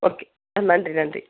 okay ஆ நன்றி நன்றி